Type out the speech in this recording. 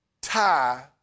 tie